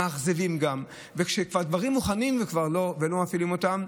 הם גם מאכזבים, הדברים מוכנים ולא מפעילים אותם.